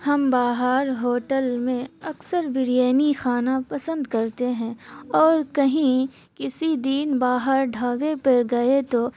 ہم باہر ہوٹل میں اکثر بریانی خانا پسند کرتے ہیں اور کہیں کسی دن باہر ڈھابے پر گئے تو